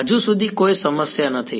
બરાબર હજુ સુધી કોઈ સમસ્યા નથી